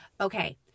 Okay